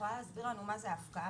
יכולה להסביר לנו מה זה הפקעה?